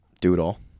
do-it-all